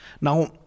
Now